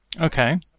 Okay